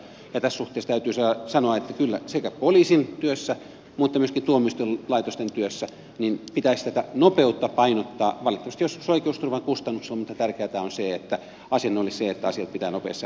tässä suhteessa täytyy sanoa että kyllä sekä poliisin työssä että myöskin tuomioistuinlaitosten työssä pitäisi tätä nopeutta painottaa valitettavasti joskus oikeusturvan kustannuksella mutta tärkeätä on se että asiana olisi se että asiat pitää nopeasti saada aikaiseksi